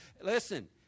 Listen